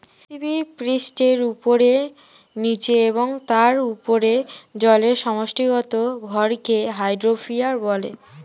পৃথিবীপৃষ্ঠের উপরে, নীচে এবং তার উপরে জলের সমষ্টিগত ভরকে হাইড্রোস্ফিয়ার বলে